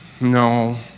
No